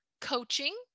coaching